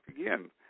again